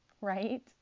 right